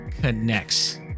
connects